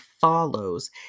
follows